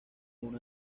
una